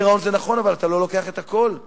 אבל אתה לא לוקח את הכול.